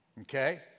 Okay